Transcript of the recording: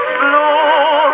blue